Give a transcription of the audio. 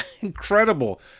incredible